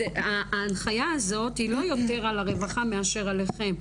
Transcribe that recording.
ההנחיה הזאת היא לא יותר על הרווחה מאשר עליכם.